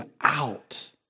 out